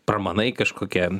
pramanai kažkokie